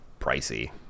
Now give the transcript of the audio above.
pricey